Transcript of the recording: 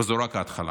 וזו רק ההתחלה.